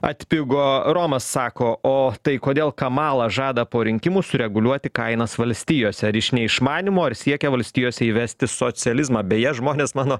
atpigo romas sako o tai kodėl kamala žada po rinkimų sureguliuoti kainas valstijose ar iš neišmanymo ar siekia valstijose įvesti socializmą beje žmonės mano